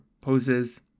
poses